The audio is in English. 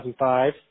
2005